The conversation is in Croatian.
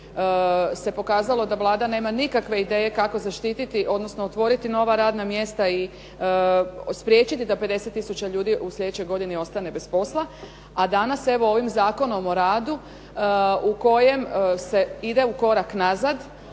se pokazalo da nema nikakve ideje kako zaštiti odnosno otvoriti radna mjesta i spriječiti da 50 tisuća ljudi u idućoj godini ostane bez posla, a danas evo ovim zakonom o radu u kojem se ide korak nazad,